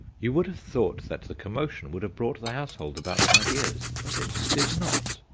you would have thought that the commotion would have brought the household about my ears but it did not,